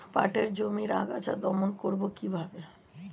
পাটের জমির আগাছা দমন করবো কিভাবে?